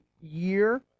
year